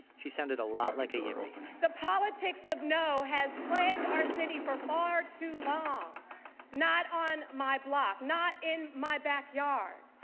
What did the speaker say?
she sounded a lot like a yimby the politics of no has plagued our city for far too long not on my block, not in my backyard.